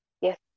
Yes